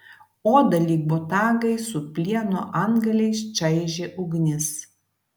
odą lyg botagai su plieno antgaliais čaižė ugnis